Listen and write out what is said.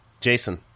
jason